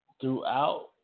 throughout